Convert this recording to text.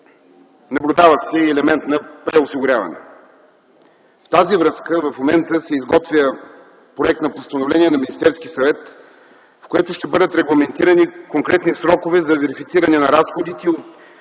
Наблюдава се и елемент на преосигуряване. В тази връзка в момента се изготвя проект на постановление на Министерския съвет, с което ще бъдат регламентирани конкретни срокове за верифициране на разходите